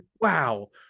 Wow